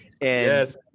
yes